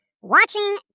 Watching